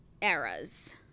eras